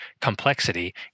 complexity